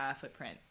footprint